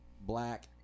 black